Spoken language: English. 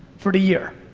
for the year.